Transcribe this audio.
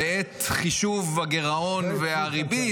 בעת חישוב הגירעון והריבית,